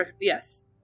Yes